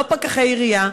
לא פקחי עירייה,